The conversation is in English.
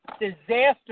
disaster